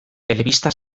telebista